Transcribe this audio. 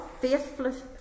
faithless